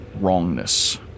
wrongness